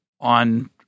on